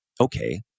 okay